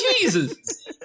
Jesus